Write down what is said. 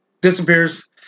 disappears